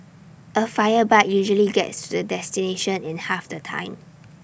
A fire bike usually gets to the destination in half the time